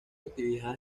actividad